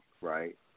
right